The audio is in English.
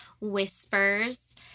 whispers